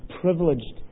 privileged